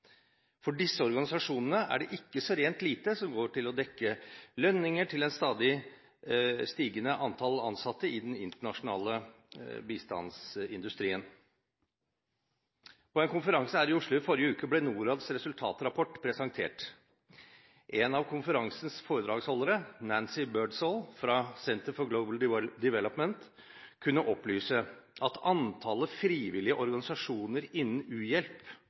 For disse organisasjonene er det ikke så rent lite som går til å dekke lønninger til et stadig stigende antall ansatte i den internasjonale bistandsindustrien. På en konferanse her i Oslo i forrige uke ble Norads resultatrapport presentert. En av konferansens foredragsholdere, Nancy Birdsall fra Center for Global Development, kunne opplyse at antallet frivillige organisasjoner innen